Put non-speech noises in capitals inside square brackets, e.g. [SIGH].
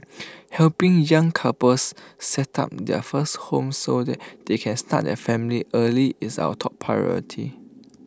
[NOISE] helping young couples set up their first home so that they can start their family early is our top priority